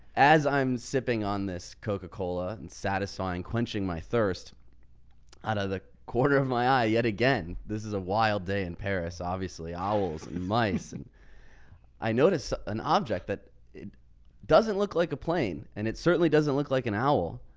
as i'm sipping on this coca-cola and satisfying, quenching my thirst out of the corner of my eye, yet again, this is a wild day in paris. obviously i'll will mice and i noticed an object that it doesn't look like a plane, and it certainly doesn't look like an owl.